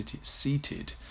seated